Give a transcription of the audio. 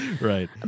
right